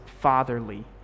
fatherly